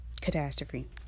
catastrophe